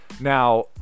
Now